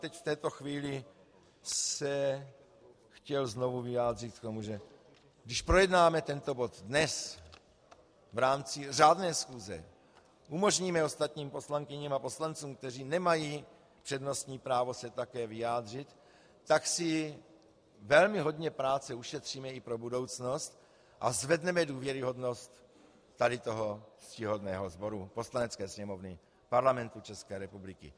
Teď, v této chvíli, bych se chtěl znovu vyjádřit k tomu, že když projednáme tento bod dnes v rámci řádné schůze, umožníme ostatním poslankyním a poslancům, kteří nemají přednostní právo se také vyjádřit, tak si velmi hodně práce ušetříme i pro budoucnost a zvedneme důvěryhodnost tady toho ctihodného sboru Poslanecké sněmovny Parlamentu České republiky.